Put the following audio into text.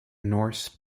norse